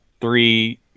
three